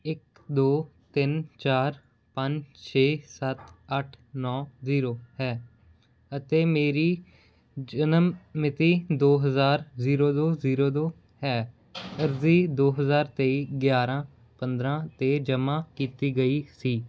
ਇੱਕ ਦੋ ਤਿੰਨ ਚਾਰ ਪੰਜ ਛੇ ਸੱਤ ਅੱਠ ਨੌਂ ਜ਼ੀਰੋ ਹੈ ਅਤੇ ਮੇਰੀ ਜਨਮ ਮਿਤੀ ਦੋ ਹਜ਼ਾਰ ਜ਼ੀਰੋ ਦੋ ਜ਼ੀਰੋ ਦੋ ਹੈ ਅਰਜ਼ੀ ਦੋ ਹਜ਼ਾਰ ਤੇਈ ਗਿਆਰ੍ਹਾਂ ਪੰਦਰ੍ਹਾਂ 'ਤੇ ਜਮ੍ਹਾਂ ਕੀਤੀ ਗਈ ਸੀ